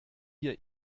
wir